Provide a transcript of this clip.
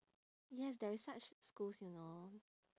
yes there is such schools you know